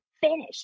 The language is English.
finish